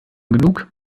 genug